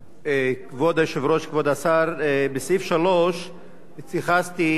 בסעיף 3 התייחסתי למחלף בצומת להבים.